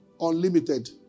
Unlimited